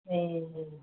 ए